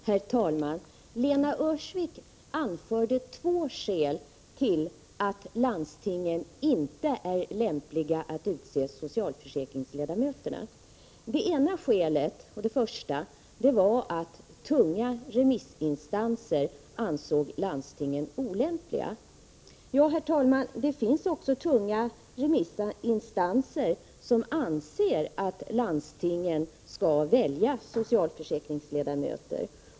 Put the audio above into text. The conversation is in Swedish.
Herr talman! Lena Öhrsvik anförde två skäl till att landstingen inte är lämpliga att utse socialförsäkringsnämndsledamöterna. Det första skälet var att tunga remissinstanser ansåg landstingen olämpliga. Men det finns också tunga remissinstanser som anser att landstingen skall välja socialförsäkringsnämndsledamöter.